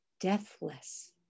deathless